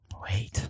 Wait